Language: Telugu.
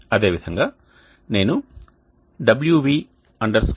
అదేవిధంగా నేను wv india